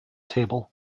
table